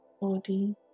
body